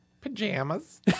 Pajamas